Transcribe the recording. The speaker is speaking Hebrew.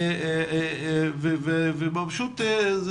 פשוט זה